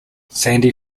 sandy